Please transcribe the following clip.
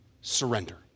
surrender